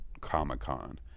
Comic-Con